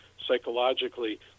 psychologically